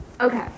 Okay